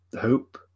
hope